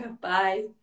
bye